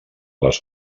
les